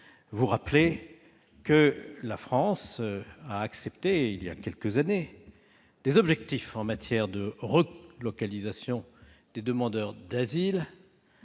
socialiste, que la France a accepté, voilà quelques années, un objectif en matière de relocalisation des demandeurs d'asile,